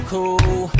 Cool